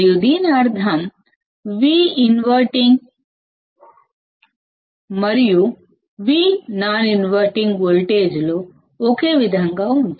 దీని అర్థం Vinverting మరియు Vnoninverting వోల్టేజ్ లు ఒకే విధంగా ఉంటాయి